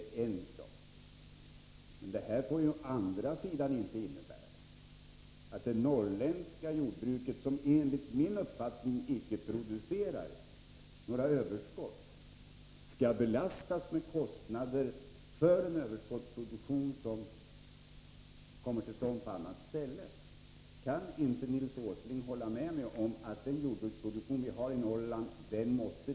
Men det får inte innebära att det norrländska jordbruket, som enligt min uppfattning icke producerar några överskott, skall belastas med kostnader för en överskottsproduktion som kommer till stånd på annat ställe. Kan inte Nils Åsling hålla med om att vi måste behålla den jordbruksproduktion vi har i Norrland?